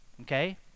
okay